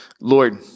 Lord